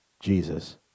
Jesus